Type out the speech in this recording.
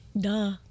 Duh